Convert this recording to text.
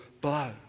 blow